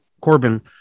Corbin